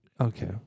okay